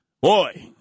Boy